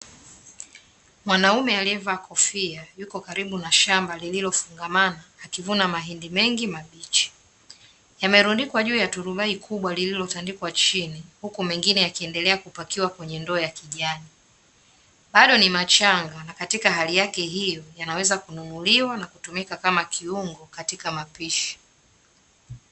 Mwanaume aliyevaa kofia, yuko karibu na shamba lililofungamana, akivuna mahindi mengi mabichi. Yamerundikwa juu ya turubai kubwa lililotandikwa chini, huku mengine yakiendelea kupakiwa kwenye ndoo ya kijani. Bado ni machanga na katika hali yake hiyo yanaweza kununuliwa na kutumika kama kiungo katika mapishi,